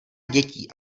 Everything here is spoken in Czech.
dětí